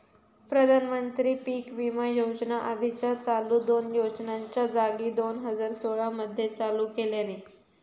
प्रधानमंत्री पीक विमा योजना आधीच्या चालू दोन योजनांच्या जागी दोन हजार सोळा मध्ये चालू केल्यानी